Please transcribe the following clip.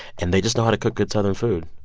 and they just know how to cook good southern food.